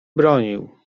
bronił